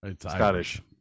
Scottish